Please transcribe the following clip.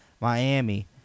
Miami